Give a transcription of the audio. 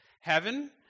heaven